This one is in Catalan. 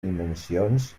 dimensions